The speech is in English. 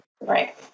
right